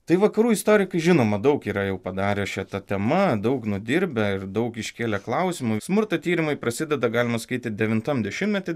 tai vakarų istorikai žinoma daug yra jau padarę šita tema daug nudirbę ir daug iškėlė klausimų smurto tyrimui prasideda galima skaityti devintam dešimtmety